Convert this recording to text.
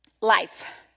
Life